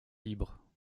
libre